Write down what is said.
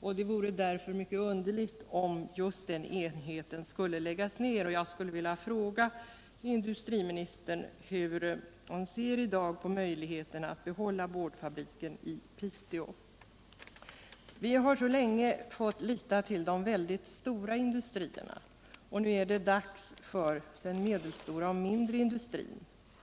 och det vore därför mycket underligt om just den enheten skulle läggas ner. Jag skulle vilja fråga industriministern hur han i dag ser på möjligheterna att behålla boardfabriken i Piteå. Vi hari Norrbotten länge fått lita till de mycket stora industrierna, och nu är det dags för den medelstora och mindre industrin.